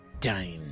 time